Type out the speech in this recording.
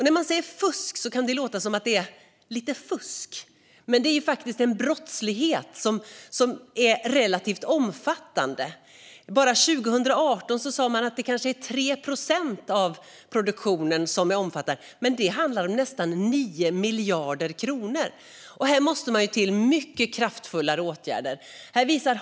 När man säger "fusk" kan det låta som att det är just lite fusk, men det är faktiskt en brottslighet som är relativt omfattande. År 2018 sa man att det är kanske 3 procent av produktionen som omfattas, men det handlar om nästan 9 miljarder kronor. Här måste mycket kraftfullare åtgärder till.